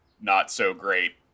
not-so-great